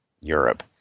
Europe